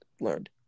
learned